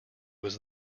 was